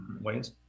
ways